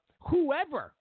whoever